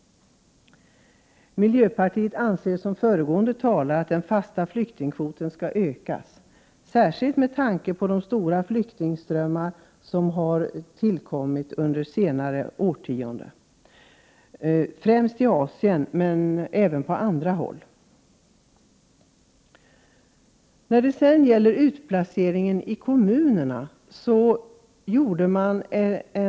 Vi i miljöpartiet anser i likhet med föregående talare att den fasta flyktingkvoten skall höjas, särskilt med tanke på de stora flyktingströmmar som har tillkommit under det senaste årtiondet — främst i Asien men även på andra håll. Så till frågan om utplaceringen av flyktingar i kommunerna.